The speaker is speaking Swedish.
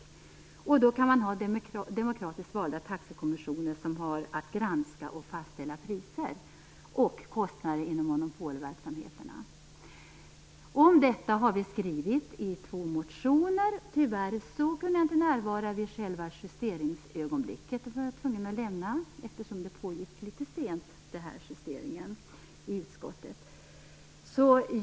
Man kan då ha demokratiskt valda taxekommissioner, som har att granska och fastställa priser och kostnader inom monopolverksamheterna. Om detta har vi skrivit i två motioner. Tyvärr kunde jag inte närvara vid justeringsögonblicket i utskottet, då den pågick litet sent.